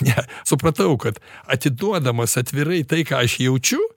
ne supratau kad atiduodamas atvirai tai ką aš jaučiu